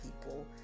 people